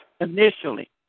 initially